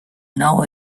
now